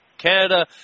Canada